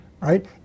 right